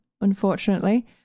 unfortunately